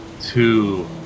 two